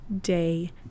day